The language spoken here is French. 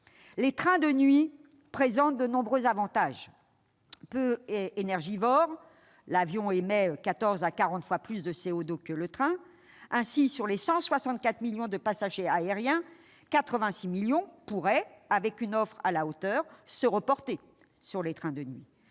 Les trains de nuit présentent de nombreux avantages. Ils sont peu énergivores ; l'avion émet quatorze à quarante fois plus de CO2 que le train. Ainsi, sur les 164 millions de passagers aériens, 86 millions pourraient, avec une offre à la hauteur, se reporter sur les trains de nuit.